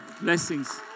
Blessings